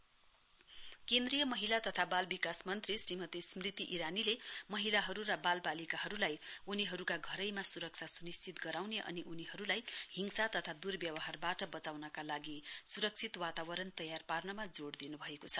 union minister केन्द्रीय महिला तथा बाल विकास मन्त्री श्रीमती स्मृति ईरानीले महिलाहरू र बाल बालिकाहरूलाई उनीहरूका धेरैमा स्रक्षा स्निश्चित गराउने अनि उनीहरूलाई हिंसा तथा दुर्व्यवहारबाट बचाउनका लागि सुरक्षित वातावरण तयार पार्नमा जोड़ दिन्भएको छ